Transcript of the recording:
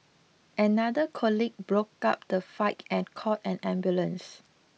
another colleague broke up the fight and called an ambulance